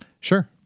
Sure